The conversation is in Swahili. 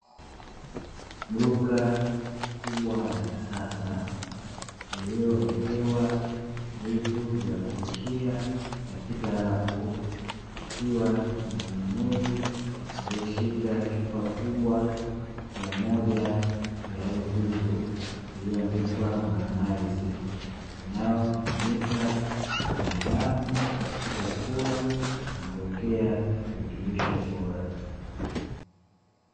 Duka kubwa la kisasa, lililowekewa vitu vya kupikia katika rafu, likiwa na mnunuzi aliyeshika chupa kubwa ya moja ya hivyo vitu iliyoandikwa "Mayonize" inayotumika kwa binadamu katika kula na kuwekea virutubisho bora.